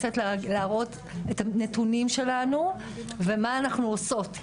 קצת להראות את הנתונים שלנו ומה אנחנו עושות,